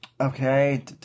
Okay